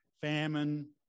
famine